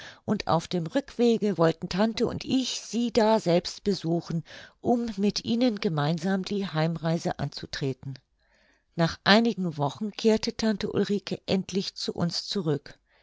und auf dem rückwege wollte tante und ich sie daselbst besuchen um mit ihnen gemeinsam die heimreise anzutreten nach einigen wochen kehrte tante ulrike endlich zu uns zurück